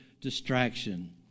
distraction